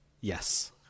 yes